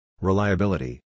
Reliability